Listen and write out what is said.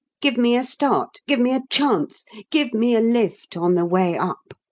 give me a start give me a chance give me a lift on the way up!